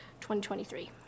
2023